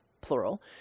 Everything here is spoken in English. plural